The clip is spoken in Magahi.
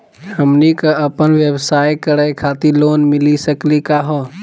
हमनी क अपन व्यवसाय करै खातिर लोन मिली सकली का हो?